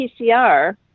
PCR